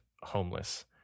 homeless